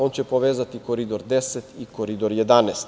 On će povezati Koridor 10 i Koridor 11.